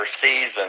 season